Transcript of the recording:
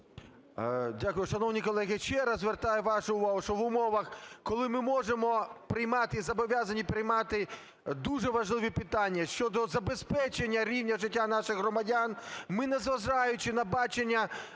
Дякую. Шановні колеги! Ще раз звертаю вашу увагу, що в умовах, коли ми можемо приймати і зобов'язані приймати дуже важливі питання щодо забезпечення рівня життя наших громадян, ми, незважаючи на бачення